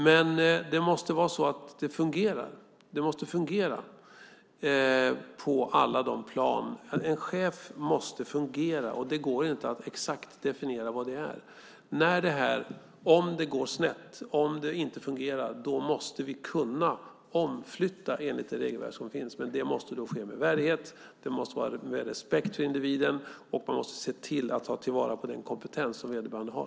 Men det måste fungera på alla plan. En chef måste fungera, och det går inte att exakt definiera vad det är. Om det går snett, om det inte fungerar måste vi kunna omflytta enligt det regelverk som finns. Det måste då ske med värdighet, med respekt för individen, och man måste se till att ta till vara den kompetens som vederbörande har.